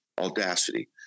audacity